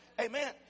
Amen